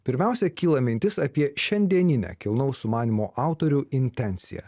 pirmiausia kyla mintis apie šiandieninę kilnaus sumanymo autorių intenciją